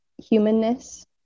humanness